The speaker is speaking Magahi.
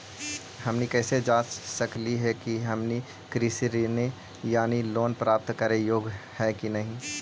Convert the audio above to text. हमनी कैसे जांच सकली हे कि हमनी कृषि ऋण यानी लोन प्राप्त करने के योग्य हई कि नहीं?